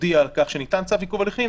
תודיע על כך שניתן צו לעיכוב הליכים,